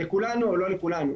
לכולנו, או לא לכולנו.